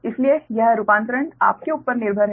इसलिए यह रूपांतरण आपके ऊपर निर्भर है